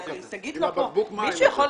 אנחנו באמת מוטרדים.